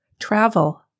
Travel